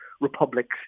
republics